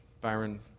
Byron